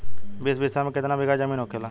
बीस बिस्सा में कितना बिघा जमीन होखेला?